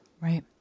Right